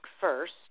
First